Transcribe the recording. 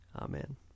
Amen